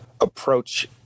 approach